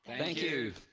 thank you!